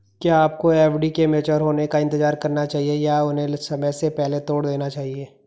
क्या आपको एफ.डी के मैच्योर होने का इंतज़ार करना चाहिए या उन्हें समय से पहले तोड़ देना चाहिए?